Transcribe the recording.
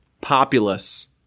populace